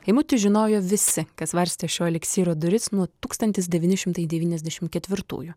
eimutį žinojo visi kas varstė šio eliksyro duris nuo tūkstantis devyni šimtai devyniasdešimt ketvirtųjų